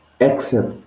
accept